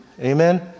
Amen